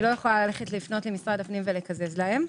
אני לא יכולה לפנות למשרד הפנים ולקזז להם.